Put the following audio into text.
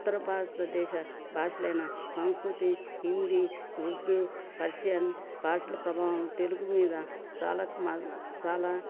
ఉత్తర భారతదేశ భాషలైన సంస్కృతి హిందీ ఉర్దూ పర్షియన్ భాషల ప్రభావం తెలుగు మీద చాలా మ చాలా